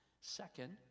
Second